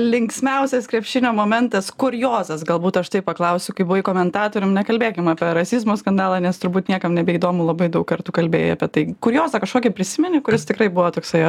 linksmiausias krepšinio momentas kuriozas galbūt aš taip paklausiu kai buvai komentatorium nekalbėkim apie rasizmo skandalą nes turbūt niekam nebeįdomu labai daug kartų kalbėjai apie tai kuriozą kažkokį prisimeni kuris tikrai buvo toksai